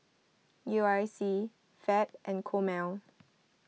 U I C Fab and Chomel